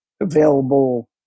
available